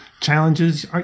challenges